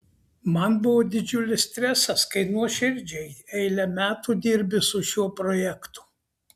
man buvo didžiulis stresas kai nuoširdžiai eilę metų dirbi su šiuo projektu